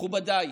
מכובדיי,